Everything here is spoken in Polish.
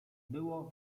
było